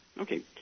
okay